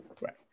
Right